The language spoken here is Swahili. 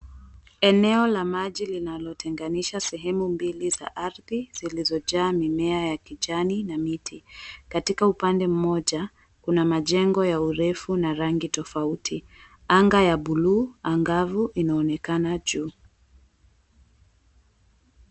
Eneo la maji linalotenganisha sehemu mbili za ardhi zilizojaa mimea ya kijani na miti. Katika upande mmoja kuna majengo ya urefu na rangi tofauti. Anga ya buluu anagavu inaonekana juu.